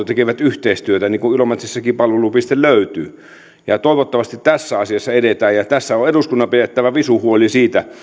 tekevät yhteistyötä ilomantsistakin palvelupiste löytyy toivottavasti tässä asiassa edetään ja tässä on eduskunnan pidettävä visu huoli siitä